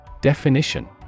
Definition